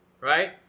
Right